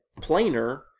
planer